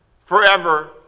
forever